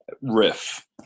riff